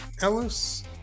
Ellis